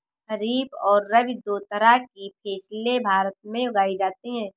खरीप और रबी दो तरह की फैसले भारत में उगाई जाती है